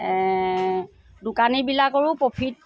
দোকানীবিলাকৰো profit